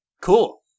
Cool